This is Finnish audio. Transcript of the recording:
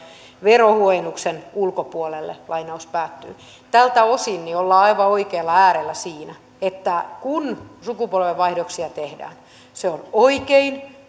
verohuojennuksen ulkopuolelle tältä osin ollaan aivan oikealla äärellä siinä että kun sukupolvenvaihdoksia tehdään se on oikein